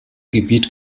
gebiet